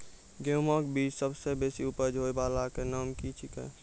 गेहूँमक बीज सबसे बेसी उपज होय वालाक नाम की छियै?